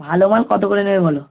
ভালো মাল কত করে দেবে বলো